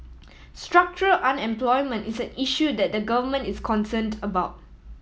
structural unemployment is an issue that the Government is concerned about